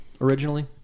originally